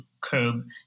curb